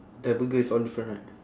their burger is all different right